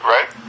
Right